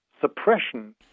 suppression